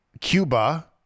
Cuba